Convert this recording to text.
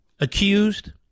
accused